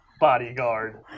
Bodyguard